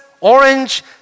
orange